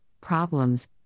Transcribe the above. problems